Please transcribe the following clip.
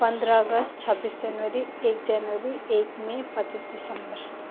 पन्ध्र अगस्त छब्बिस जनवरी एक जनवरी एक मे पच्चिस दिसम्बर